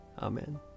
Amen